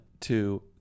two